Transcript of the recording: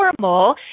normal